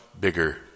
bigger